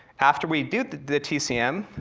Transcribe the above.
after we did the the tcm,